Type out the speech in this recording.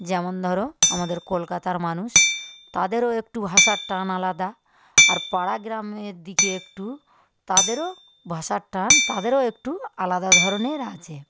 যেমন ধরো আমাদের কলকাতার মানুষ তাদেরও একটু ভাষার টান আলাদা আর পাড়া গ্রামের দিকে একটু তাদেরও ভাষার টান তাদেরও একটু আলাদা ধরনের আছে